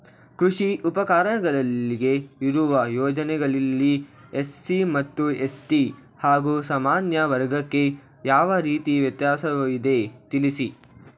ಕೃಷಿ ಉಪಕರಣಗಳಿಗೆ ಇರುವ ಯೋಜನೆಗಳಲ್ಲಿ ಎಸ್.ಸಿ ಮತ್ತು ಎಸ್.ಟಿ ಹಾಗೂ ಸಾಮಾನ್ಯ ವರ್ಗಕ್ಕೆ ಯಾವ ರೀತಿ ವ್ಯತ್ಯಾಸವಿದೆ ತಿಳಿಸಿ?